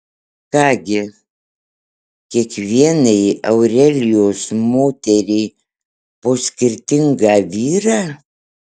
ką gi kiekvienai aurelijos moteriai po skirtingą vyrą